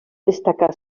destacar